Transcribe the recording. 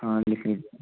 हाँ लिख लीजिए